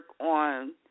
on